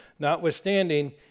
notwithstanding